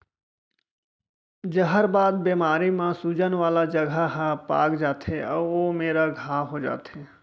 जहरबाद बेमारी म सूजन वाला जघा ह पाक जाथे अउ ओ मेरा घांव हो जाथे